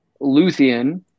Luthien